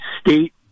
state